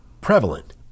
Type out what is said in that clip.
prevalent